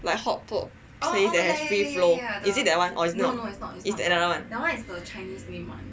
like hotpot place that have free flow is it that one or is not is another one